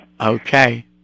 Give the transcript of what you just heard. Okay